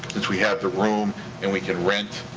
since we have the room and we can rent.